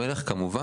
דרך המלך כמובן,